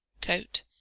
coat,